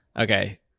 Okay